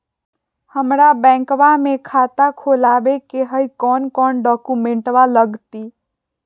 हमरा बैंकवा मे खाता खोलाबे के हई कौन कौन डॉक्यूमेंटवा लगती?